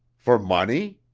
for money?